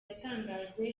yatangajwe